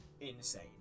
insane